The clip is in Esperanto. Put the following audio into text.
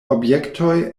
objektoj